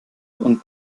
und